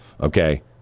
Okay